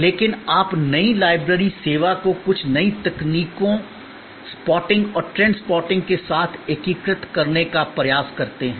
लेकिन आप नई लाइब्रेरी सेवा को कुछ नई तकनीकों स्पॉटिंग और ट्रेंड स्पॉटिंग के साथ एकीकृत करने का प्रयास करते हैं